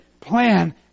plan